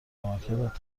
عملکرد